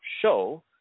show